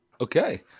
Okay